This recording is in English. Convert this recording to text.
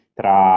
tra